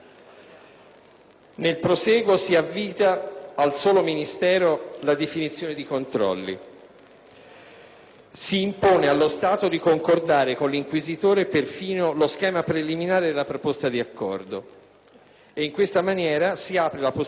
Si impone allo Stato di concordare con chi inquina perfino lo schema preliminare della proposta di accordo. In questa maniera, si apre la possibilità di un condono a pagamento per gravi episodi di inquinamento.